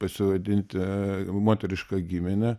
pasivadinti moteriška gimine